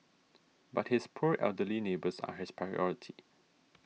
but his poor elderly neighbours are his priority